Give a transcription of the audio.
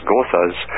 Gothas